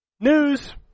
News